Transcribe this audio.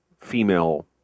female